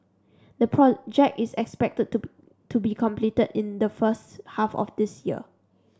the project is expected to be completed in the first half of this year